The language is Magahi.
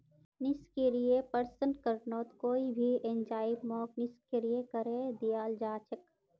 निष्क्रिय प्रसंस्करणत कोई भी एंजाइमक निष्क्रिय करे दियाल जा छेक